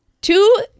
two